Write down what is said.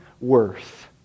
worth